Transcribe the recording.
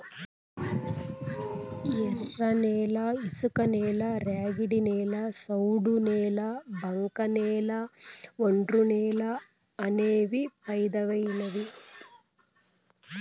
ఎర్రనేల, ఇసుకనేల, ర్యాగిడి నేల, సౌడు నేల, బంకకనేల, ఒండ్రునేల అనేవి పెదానమైనవి